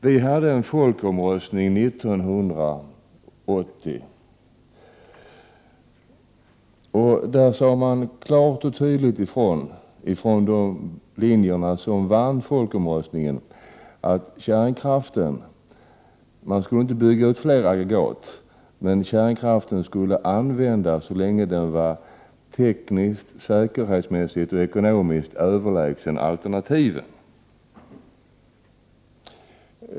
Vi hade år 1980 en folkomröstning. Företrädare för de linjer som vann folkomröstningen om kärnkraften sade i debatten klart och tydligt ifrån att det inte skulle byggas ut fler kärnkraftsaggregat, men att kärnkraften skulle användas så länge den var tekniskt, säkerhetsmässigt och ekonomiskt överlägsen alternativen.